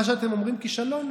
מה שאתם אומרים כישלון,